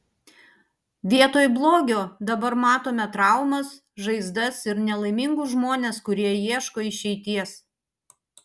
vietoj blogio dabar matome traumas žaizdas ir nelaimingus žmones kurie ieško išeities